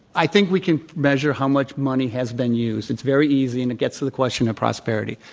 i think we can measure how much money has been used. it's very easy, and it gets to the question of prosperity.